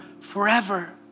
forever